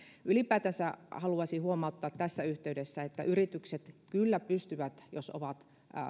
ylipäätänsä haluaisin huomauttaa tässä yhteydessä että monet yritykset kyllä varmasti pystyvät jos ovat